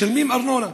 ומשלמים ארנונה.